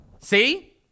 See